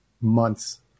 months